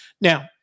Now